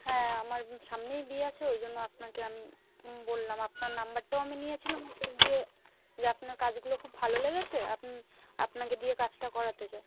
হ্যাঁ আমার সামনেই বিয়ে আছে ওই জন্য আপনাকে আমি বললাম আপনার নম্বরটাও আমি নিয়েছিলাম যে আপনার কাজগুলো খুব ভালো লেগেছে আপনি আপনাকে দিয়ে কাজটা করাতে চাই